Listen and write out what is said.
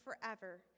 forever